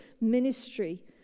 ministry